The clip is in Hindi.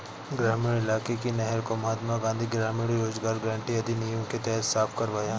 ग्रामीण इलाके की नहर को महात्मा गांधी ग्रामीण रोजगार गारंटी अधिनियम के तहत साफ करवाया